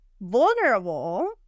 vulnerable